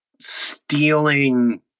stealing